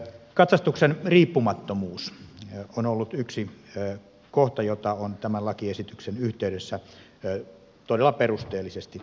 katsastuksen riippumattomuus on ollut yksi kohta jota on tämän lakiesityksen yhteydessä todella perusteellisesti selvitetty